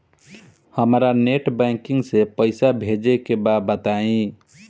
हमरा net banking से पईसा भेजे के बा बताई?